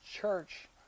church